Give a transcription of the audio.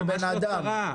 לא, ממש לא צרה.